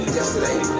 Yesterday